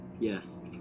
yes